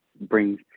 brings